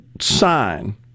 sign